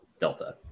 Delta